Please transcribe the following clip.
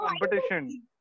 competition